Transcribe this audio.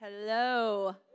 Hello